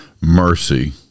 mercy